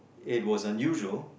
it was unusual